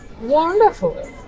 wonderful